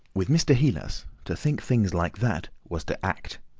with mr. heelas to think things like that was to act,